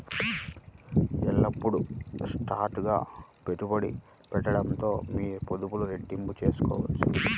ఎల్లప్పుడూ స్మార్ట్ గా పెట్టుబడి పెట్టడంతో మీ పొదుపులు రెట్టింపు చేసుకోవచ్చు